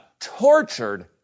tortured